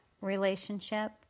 relationship